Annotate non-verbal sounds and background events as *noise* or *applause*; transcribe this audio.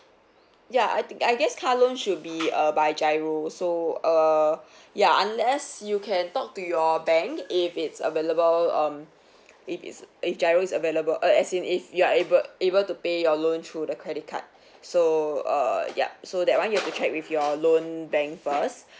ya I think I guess car loan should be uh by GIRO so uh *breath* ya unless you can talk to your bank if it's available um *breath* if it's if GIRO is available uh as in if you are able able to pay your loan through the credit card *breath* so uh yup so that one you have to check with your loan bank first